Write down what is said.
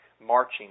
marching